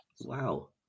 Wow